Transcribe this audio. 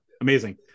amazing